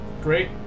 Great